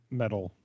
metal